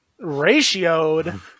ratioed